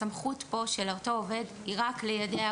הסמכות פה של אותו עובד היא רק ליידע,